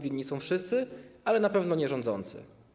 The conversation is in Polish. Winni są wszyscy, ale na pewno nie rządzący.